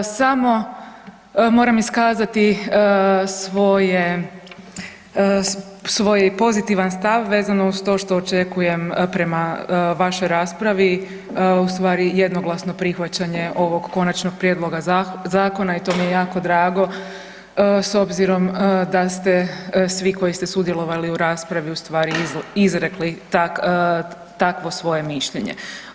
Samo moram iskazati svoj pozitivan stav vezano uz to što očekujem prema vašoj raspravi, u stvari jednoglasno prihvaćanje ovog konačnog prijedloga zakona i to mi je jako drago s obzirom da ste svi koji ste sudjelovali u raspravi u stvari izrekli takvo svoje mišljenje.